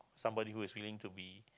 somebody who is willing to be